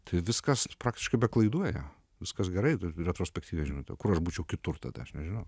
tai viskas praktiškai be klaidų ėjo viskas gerai retrospektyviai žiūrint o kur aš būčiau kitur tada aš nežinau